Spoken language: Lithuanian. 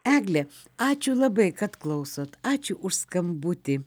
egle ačiū labai kad klausot ačiū už skambutį